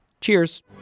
Cheers